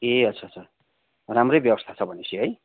ए अच्छा अच्छा राम्रै व्यवस्था छ भनेपछि है